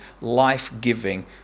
life-giving